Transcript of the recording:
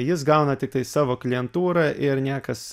jis gauna tiktai savo klientūrą ir niekas